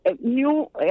new